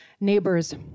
neighbors